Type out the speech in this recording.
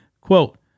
Quote